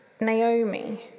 Naomi